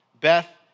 Beth